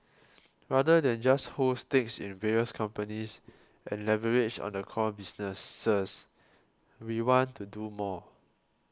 rather than just hold stakes in various companies and leverage on the core businesses we want to do more